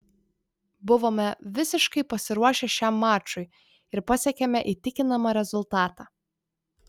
buvome visiškai pasiruošę šiam mačui ir pasiekėme įtikinamą rezultatą